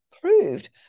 proved